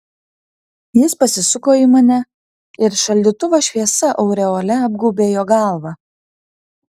jis pasisuko į mane ir šaldytuvo šviesa aureole apgaubė jo galvą